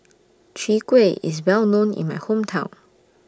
Chwee Kueh IS Well known in My Hometown